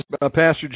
pastor